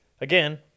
again